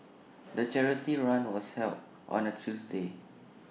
the charity run was held on A Tuesday